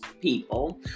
people